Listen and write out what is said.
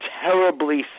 terribly